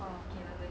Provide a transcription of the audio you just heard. okay bagus